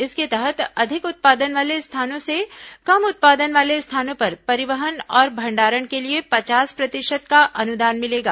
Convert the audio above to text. इसके तहत अधिक उत्पादन वाले स्थानों से कम उत्पादन वाले स्थानों पर परिवहन और भंडारण के लिए पचास प्रतिशत का अनुदान मिलेगा